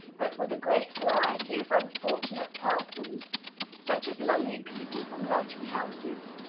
but with a great variety of unfortunate persons such as lonely people from lodging-houses,